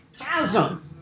chasm